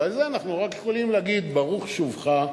ועל זה אנחנו רק יכולים להגיד: ברוך שובך,